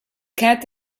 cat